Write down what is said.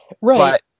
Right